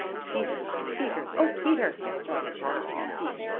peter peter oh, peter! i started, and rose to my feet.